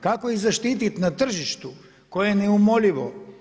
Kako ih zaštititi na tržištu koje je neumoljivo.